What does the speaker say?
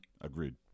agreed